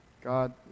God